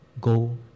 Go